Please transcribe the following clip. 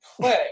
play